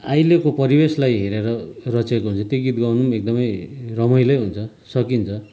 आहिलेको परिवेशलाई हेरेर रचेको हुन्छ त्यो गीत गाउनु पनि एकदमै रमाइलै हुन्छ सकिन्छ